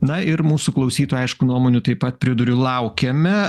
na ir mūsų klausytojų aišku nuomonių taip pat priduriu laukiame